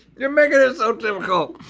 you're making it so difficult.